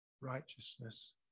Righteousness